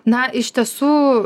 na iš tiesų